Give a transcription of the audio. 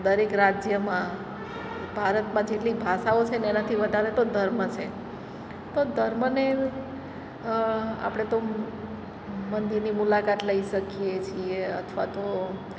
દરેક રાજ્યમાં ભારતમાં જેટલી ભાષાઓ છે ને એનાથી વધારે તો ધર્મ છે તો ધર્મને આપણે તો મંદિરની મુલાકાત લઈ શકીએ છીએ અથવા તો